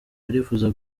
barifuza